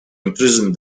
imprison